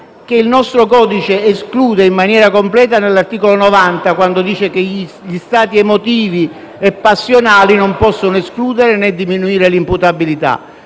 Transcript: esclude tale possibilità in maniera completa, all'articolo 90, quando dice che gli stati emotivi e passionali non possono escludere né diminuire l'imputabilità.